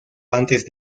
antes